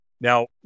Now